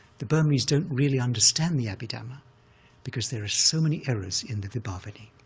the burmese don't really understand the abhidhamma because there are so many errors in the vibhavani,